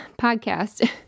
podcast